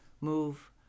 move